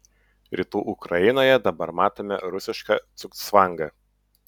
rytų ukrainoje dabar matome rusišką cugcvangą